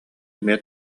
эмиэ